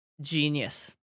genius